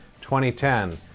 2010